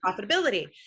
profitability